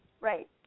Right